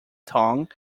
tong